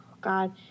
God